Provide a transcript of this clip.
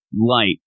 light